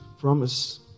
promise